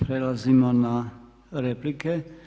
Prelazimo na replike.